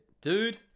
Dude